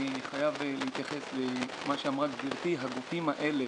אני חייב להתייחס למה שאמרה גברתי: הגופים האלה